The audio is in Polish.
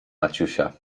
maciusia